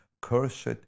cursed